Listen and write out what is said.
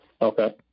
Okay